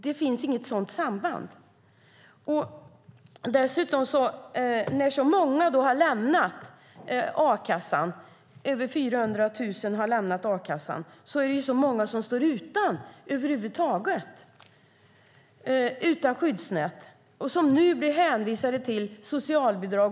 Det finns inget sådant samband. När så många har lämnat a-kassan - över 400 000 har gjort det - är det många som står utan skyddsnät och som blir hänvisade till socialbidrag.